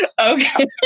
Okay